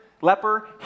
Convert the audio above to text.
leper